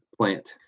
plant